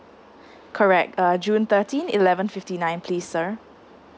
correct uh june thirteen eleven fifty nine please sir